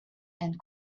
and